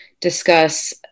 discuss